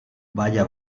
vaya